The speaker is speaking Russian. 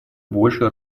больше